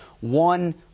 one